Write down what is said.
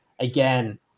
again